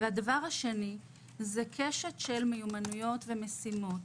השני זה קשת של מיומנויות ומשימות,